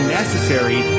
necessary